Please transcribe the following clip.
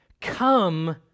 come